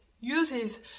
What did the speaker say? uses